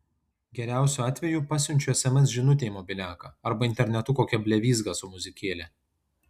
geriausiu atveju pasiunčiu sms žinutę į mobiliaką arba internetu kokią blevyzgą su muzikėle